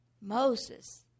Moses